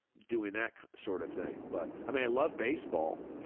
doing that sort of thing. but i mean, i love baseball,